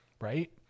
Right